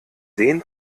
sehen